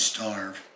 Starve